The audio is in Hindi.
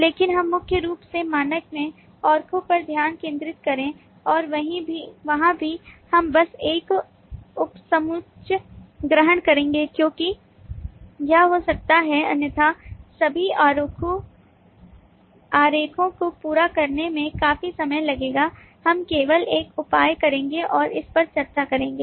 लेकिन हम मुख्य रूप से मानक में आरेखों पर ध्यान केंद्रित करेंगे और वहाँ भी हम बस एक उपसमुच्चय ग्रहण करेंगे क्योंकि यह हो सकता है अन्यथा सभी आरेखों को पूरा करने में काफी समय लगेगा हम केवल एक उपाय करेंगे और इस पर चर्चा करेंगे